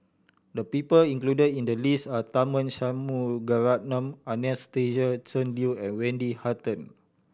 the people included in the list are Tharman Shanmugaratnam Anastasia Tjendri Liew and Wendy Hutton